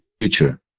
future